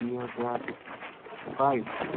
ଦୁଇହଜାର ବାଇଶ